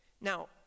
Now